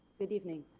good evening.